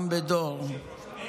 אם אתה,